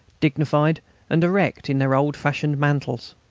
dignified and erect in their old-fashioned mantles.